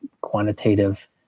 quantitative